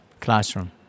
Classroom